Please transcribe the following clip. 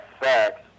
facts